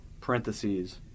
parentheses